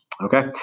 Okay